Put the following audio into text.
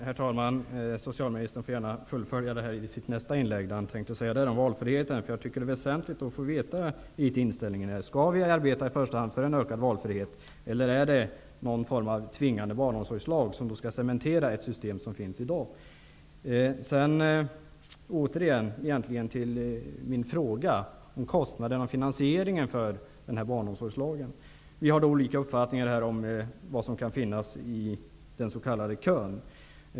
Herr talman! Socialministern får gärna fullfölja vad han tänkte säga om valfriheten i sitt nästa inlägg. Jag tycker det är väsentligt att få veta inställningen där. Skall vi i första hand arbeta för en ökad valfrihet eller är det någon form av tvingande barnomsorgslag som skall cementera det system som finns i dag? Låt mig sedan återvända till min fråga om kostnaden och finansieringen för barnomsorgslagen. Vi har olika uppfattningar om hur många som kan finnas i den s.k. kön.